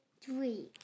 three